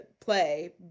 play